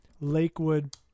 Lakewood